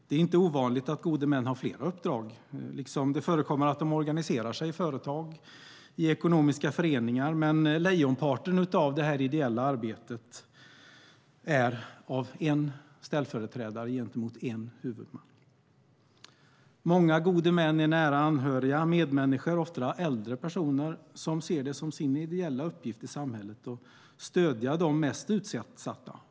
Det är inte ovanligt att gode män har flera uppdrag, liksom det förekommer att de organiserar sig i företag eller ekonomiska föreningar. Men lejonparten av det här ideella arbetet görs av en ställföreträdare gentemot en huvudman. Många gode män är nära anhöriga, medmänniskor och ofta äldre personer som ser det som sin ideella uppgift i samhället att stödja de mest utsatta.